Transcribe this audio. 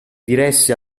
diresse